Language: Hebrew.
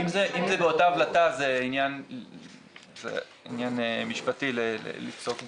לא, אם זה באותה הבלטה זה עניין משפטי לעסוק בו.